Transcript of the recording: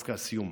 דווקא הסיום,